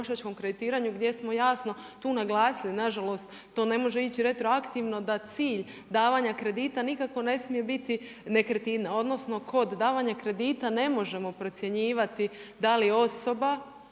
kreditiranju, gdje smo jasno tu naglasili, na žalost, to ne može ići retroaktivno, da cilj davanja kredita nikako ne smije biti nekretnina, odnosno kod davanja kredita ne možemo procjenjivati da li osoba,